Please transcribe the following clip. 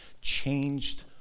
changed